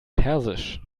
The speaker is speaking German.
persisch